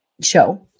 show